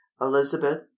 Elizabeth